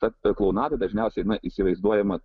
apie klounadą dažniausiai įsivaizduojama